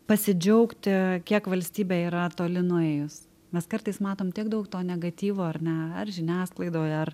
pasidžiaugti kiek valstybė yra toli nuėjus mes kartais matom tiek daug to negatyvo ar ne ar žiniasklaidoj ar